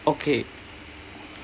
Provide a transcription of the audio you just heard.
okay